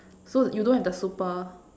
so you don't have the super